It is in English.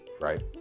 right